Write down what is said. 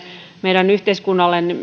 meidän yhteiskunnallemme